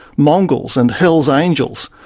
mongols and hells angels,